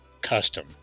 custom